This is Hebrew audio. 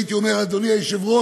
הייתי אומר: אדוני היושב-ראש,